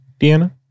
Deanna